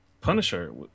Punisher